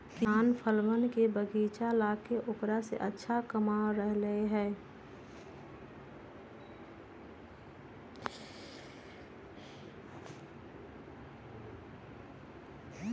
किसान फलवन के बगीचा लगाके औकरा से अच्छा कमा रहले है